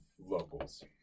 locals